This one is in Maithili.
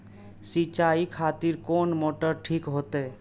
सीचाई खातिर कोन मोटर ठीक होते?